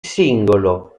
singolo